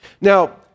Now